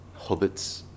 Hobbits